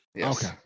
Okay